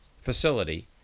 facility